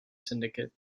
syndicate